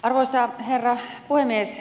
arvoisa herra puhemies